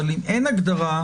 אבל אם אין הגדרה,